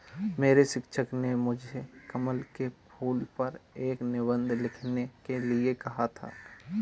मेरे शिक्षक ने मुझे कमल के फूल पर एक निबंध लिखने के लिए कहा था